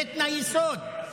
זה תנאי יסוד.